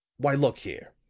why, look here!